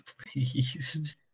please